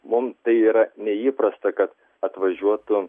mum tai yra neįprasta kad atvažiuotų